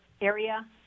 area